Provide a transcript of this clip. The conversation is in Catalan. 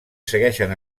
segueixen